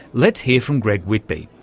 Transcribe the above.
let's hear from greg whitby,